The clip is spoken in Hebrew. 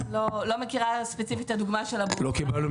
אני לא מכירה את הדוגמה הספציפית של הבורסה.